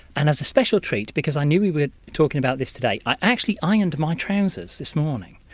and as a special treat, because i knew we were talking about this today, i actually ironed my trousers this morning.